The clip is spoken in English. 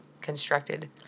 constructed